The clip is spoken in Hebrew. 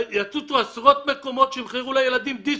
שיצוצו עשרות מקומות שימכרו לילדים דיסקים?